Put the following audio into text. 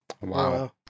Wow